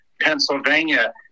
Pennsylvania